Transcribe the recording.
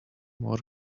more